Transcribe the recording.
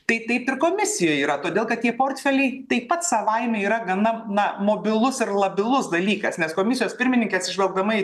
tai taip ir komisijoj yra todėl kad tie portfeliai taip pat savaime yra gana na mobilus ir labilus dalykas nes komisijos pirmininkė atsižvelgdama